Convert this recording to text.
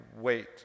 wait